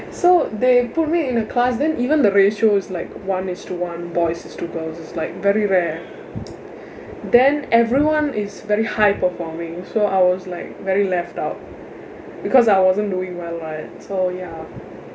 so they put me in a class then even the ratio is like one is to one boys is to girls like very rare then everyone is very high performing so I was like very left out because I wasn't doing well lah so ya